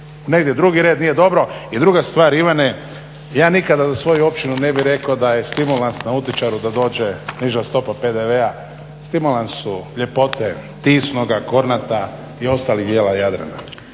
negdje u drugi red nije dobro. I druga stvar Ivane, ja nikada za svoju općinu ne bih rekao da je stimulans nautičaru da dođe niža stopa PDV-a, stimulans su ljepote Tisnoga, Kornata, i ostalih dijela Jadrana.